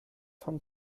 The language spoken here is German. von